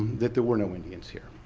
that there were no indians here.